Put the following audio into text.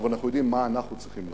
אבל אנחנו יודעים מה אנחנו צריכים לעשות.